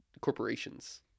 corporations